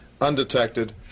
undetected